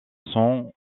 son